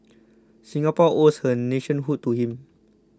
Singapore owes her nationhood to him